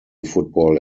football